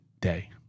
day